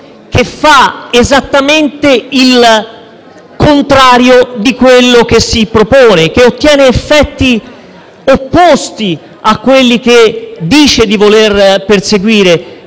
che fa esattamente il contrario di quello che si propone, che ottiene effetti opposti a quelli che dice di voler perseguire,